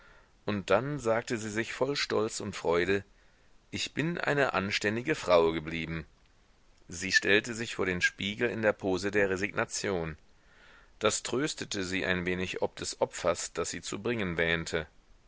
und dann sagte sie sich voll stolz und freude ich bin eine anständige frau geblieben sie stellte sich vor den spiegel in der pose der resignation das tröstete sie ein wenig ob des opfers das sie zu bringen wähnte